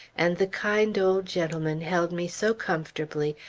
and the kind old gentleman held me so comfortably,